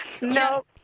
No